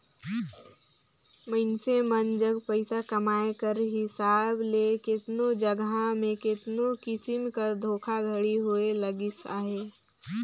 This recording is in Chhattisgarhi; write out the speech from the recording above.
मइनसे मन जग पइसा कमाए कर हिसाब ले केतनो जगहा में केतनो किसिम कर धोखाघड़ी होए लगिस अहे